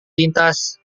lintas